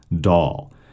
doll